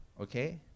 okay